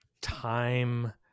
time –